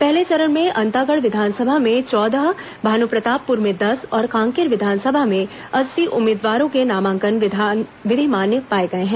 पहले चरण में अंतागढ़ विधानसभा में चौदह भानुप्रतापप्र में दस और कांकेर विधानसभा में आठ उम्मीदवारों के नामांकन विधिमान्य पाए गए हैं